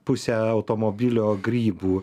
pusę automobilio grybų